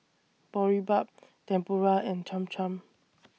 Boribap Tempura and Cham Cham